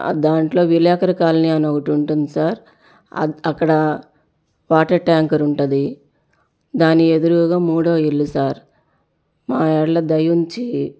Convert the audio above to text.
దాంట్లో విలేఖరి కాలనీ అని ఒకటి ఉంటుంది సార్ అక్కడ వాటర్ టాంకర్ ఉంటుంది దాని ఎదురుగా మూడో ఇల్లు సార్ మా యెడల దయ ఉంచి